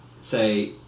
Say